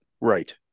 Right